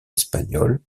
espagnol